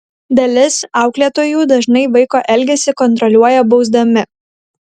dalis auklėtojų dažnai vaiko elgesį kontroliuoja bausdami